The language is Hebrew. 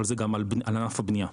אבל זה גם על ענף הבניה,